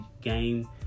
game